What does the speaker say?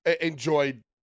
enjoyed